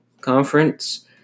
conference